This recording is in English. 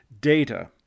Data